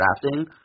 drafting